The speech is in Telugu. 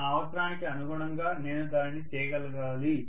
నా అవసరానికి అనుగుణంగా నేను దానిని చేయగలగాలి